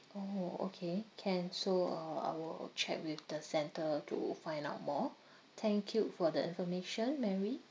orh okay can so uh I will check with the centre to find out more thank you for the information mary